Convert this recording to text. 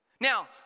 Now